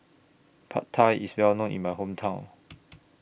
Pad Thai IS Well known in My Hometown